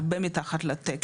הרבה מתחת לתקן.